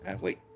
Wait